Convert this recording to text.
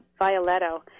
Violetto